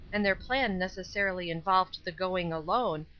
and their plan necessarily involved the going alone,